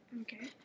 Okay